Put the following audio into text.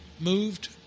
moved